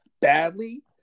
badly